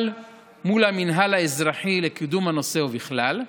מול המינהל האזרחי לקידום הנושא ובכלל.